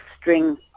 string